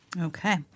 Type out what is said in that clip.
Okay